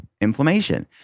inflammation